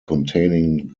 containing